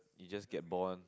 we just get born